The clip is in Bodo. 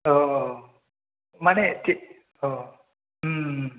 औ औ औ माने खि औ